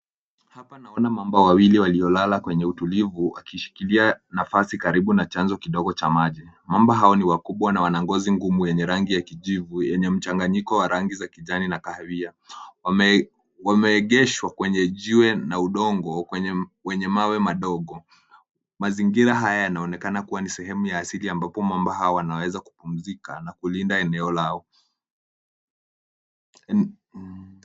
Hapa naona mamba wawili waliolala kwenye utulivu wakishikilia nafasi karibu na chanzo kidogo cha maji. Mamba hao ni wakubwa na wana ngozi ngumu yenye rangi ya kijivu yenye mchanganyiko wa rangi za kijani na kahawia. Wame wameegeshwa kwenye jiwe na udongo kwenye wenye mawe madogo. Mazingira haya yanaonekana kuwa ni sehemu ya asili ambapo mamba hao wanaweza kupumzika na kulinda eneo lao.